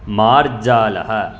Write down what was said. मार्जालः